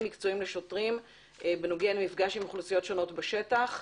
מקצועיים לשוטרים בנוגע למפגש עם אוכלוסיות שונות בשטח,